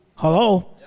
Hello